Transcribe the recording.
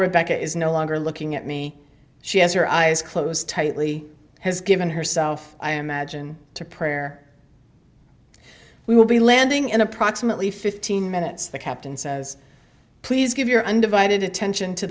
rebecca is no longer looking at me she has her eyes closed tightly has given herself i am magine to prayer we will be landing in approximately fifteen minutes the captain says please give your undivided attention to